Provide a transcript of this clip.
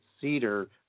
cedar